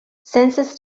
sensors